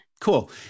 Cool